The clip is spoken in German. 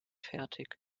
fertig